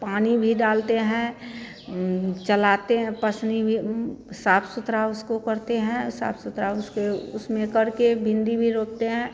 पानी भी डालते हैं चलाते हैं पसनी भी साफ सुथरा उसको करते हैं औ साफ सुथरा उसके उसमें करके भिंडी भी रोपते हैं